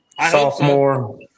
Sophomore